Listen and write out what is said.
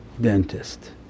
Dentist